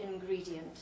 ingredient